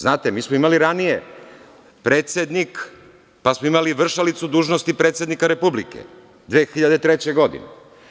Znate, mi smo imali ranije predsednik, pa smo imali vršalicu dužnosti predsednika Republike 2003. godine.